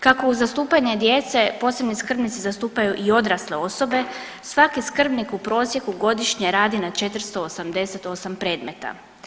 Kako u zastupanje djece posebni skrbnici zastupaju i odrasle osobe svaki skrbnik u prosjeku godišnje radi na 488 predmeta.